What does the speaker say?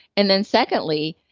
and then secondly,